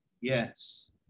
Yes